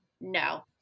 no